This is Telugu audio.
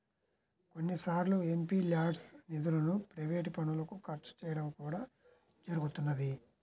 కొన్నిసార్లు ఎంపీల్యాడ్స్ నిధులను ప్రైవేట్ పనులకు ఖర్చు చేయడం కూడా జరుగుతున్నది